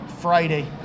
friday